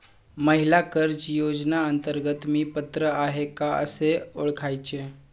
महिला कर्ज योजनेअंतर्गत मी पात्र आहे का कसे ओळखायचे?